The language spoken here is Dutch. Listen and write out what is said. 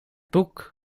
boek